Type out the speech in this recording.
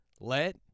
Let